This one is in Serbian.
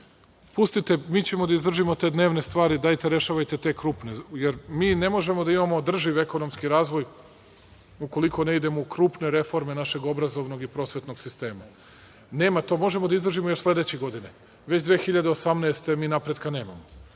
Pustite, mi ćemo da izdržimo te dnevne stvari, dajte rešavajte te krupne, jer mi ne možemo da imamo održiv ekonomski razvoj ukoliko ne idemo u krupne reforme našeg obrazovnog i prosvetnog sistema. Nema. To možemo da izdržimo još sledeće godine, već 2018. godine mi napretka nemamo.